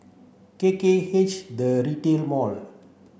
K K H The Retail Mall